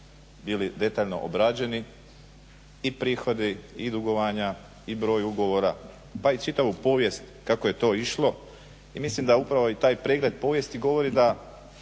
bili detaljno obrađeni i prihodi i dugovanja i broj ugovora, pa i čitavu povijest kako je to išlo. I mislim da upravo i taj pregled povijesti govori da